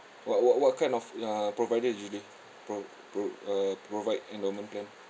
what what what kind of uh provider usually pro~ pro~ uh provide endowment plan